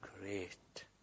great